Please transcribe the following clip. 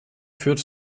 führt